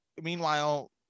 Meanwhile